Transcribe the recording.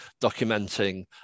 documenting